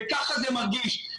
כך מרגיש.